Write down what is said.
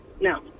no